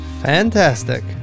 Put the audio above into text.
Fantastic